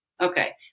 Okay